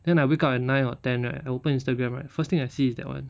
then I wake up at nine or ten right I open instagram right the first thing I see is that [one]